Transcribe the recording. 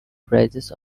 prizes